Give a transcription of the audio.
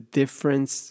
difference